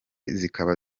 zikaba